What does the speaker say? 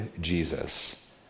Jesus